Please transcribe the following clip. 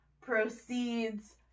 proceeds